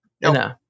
No